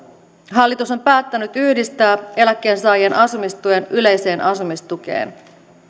hallitus on päättänyt yhdistää eläkkeensaajien asumistuen yleiseen asumistukeen